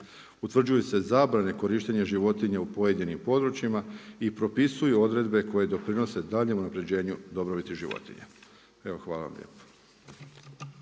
Utvrđuju se zabrane korištenja životinja u pojedinim područjima i propisuju odredbe koje doprinose danjem unapređenju dobrobiti životinja. Hvala vam lijepa.